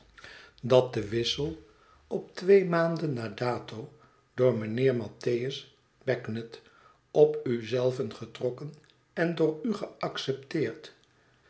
dat de wissel op twee maanden na dato door mijnheer mattheus bagnet op u zelven getrokken en door u geaccepteerd